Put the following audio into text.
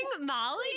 Molly